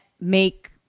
make